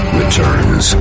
returns